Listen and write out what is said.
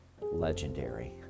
Legendary